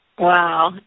Wow